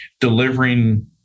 delivering